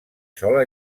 sola